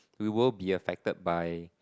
we will be affected by